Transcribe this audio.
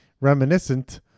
reminiscent